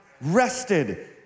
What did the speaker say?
rested